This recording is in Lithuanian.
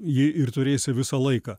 jį ir turėsi visą laiką